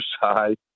side